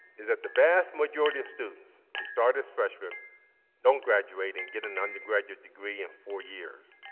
is that the vast majority of students who start as freshman don't graduate and get an and graduate degree in four years,